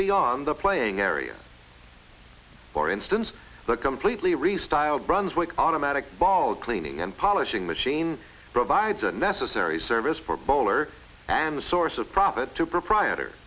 beyond the playing area for instance the completely restyled brunswick automatic ball cleaning and polishing machine provides a necessary service for bowler and a source of profit to proprietor